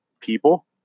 people